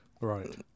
Right